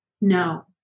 no